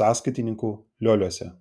sąskaitininku lioliuose